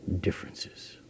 differences